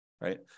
right